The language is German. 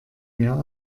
mir